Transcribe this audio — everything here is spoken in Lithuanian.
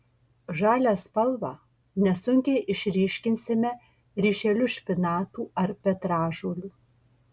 žalią spalvą nesunkiai išryškinsime ryšeliu špinatų ar petražolių